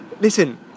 listen